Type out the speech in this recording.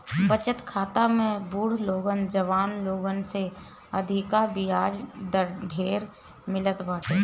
बचत खाता में बुढ़ लोगन जवान लोगन से अधिका बियाज दर ढेर मिलत बाटे